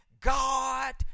God